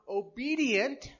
obedient